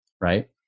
Right